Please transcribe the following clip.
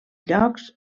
llocs